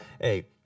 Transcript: hey